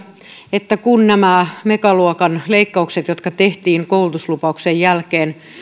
että kun nämä megaluokan leikkaukset jotka tehtiin koulutuslupauksen jälkeen